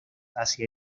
hacia